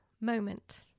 moment